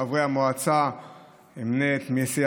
חברי המועצה מסיעתי,